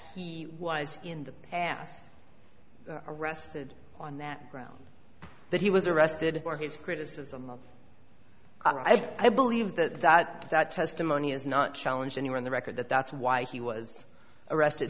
he was in the past arrested on that ground that he was arrested or his criticism of i believe that that that testimony is not challenging you are on the record that that's why he was arrested